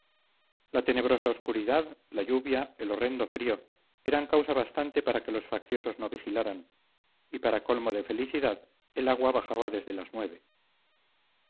la tenebrosa obscuridad la lluvia el horrendo frío eran causa bastante para que los facciosos no vigilaran y para colmo de felicidad el agua bajaba desde las nueve